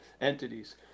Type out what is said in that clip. entities